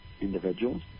individuals